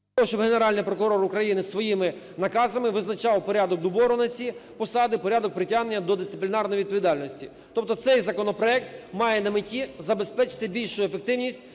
Генеральний прокурор України своїми наказами визначав порядок добору на ці посади, порядок притягнення до дисциплінарної відповідальності. Тобто цей законопроект має на меті забезпечити більшу ефективність